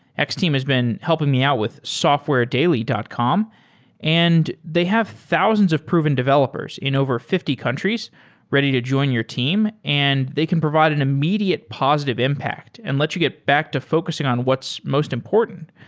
x-team has been helping me out with softwaredaily dot com and they have thousands of proven developers in over fifty countries ready to join your team and they can provide an immediate positive impact and lets you get back to focusing on what's most important,